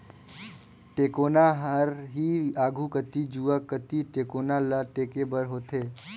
टेकोना हर ही आघु कती जुवा कती टेकोना ल टेके बर होथे